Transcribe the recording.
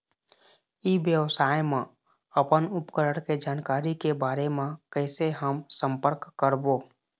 ई व्यवसाय मा अपन उपकरण के जानकारी के बारे मा कैसे हम संपर्क करवो?